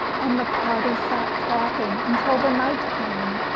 and the party sat talking until the night came,